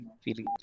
feeling